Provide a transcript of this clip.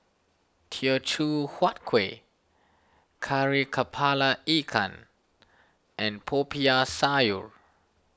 Teochew Huat Kuih Kari Kepala Ikan and Popiah Sayur